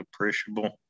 depreciable